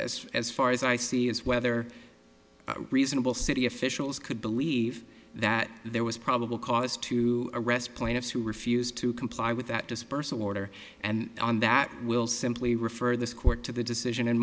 is as far as i see is whether reasonable city officials could believe that there was probable cause to arrest plaintiffs who refused to comply with that dispersal order and on that will simply refer this court to the decision